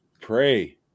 pray